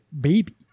baby